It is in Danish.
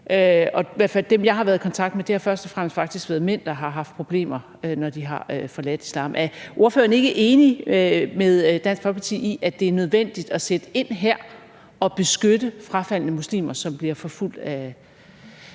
dem, jeg har været i kontakt med, så har det faktisk først og fremmest været mænd, der har haft problemer, når de har forladt islam. Er ordføreren ikke enig med Dansk Folkeparti i, at det er nødvendigt at sætte ind her og beskytte frafaldne muslimer, som bliver forfulgt af